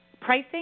pricing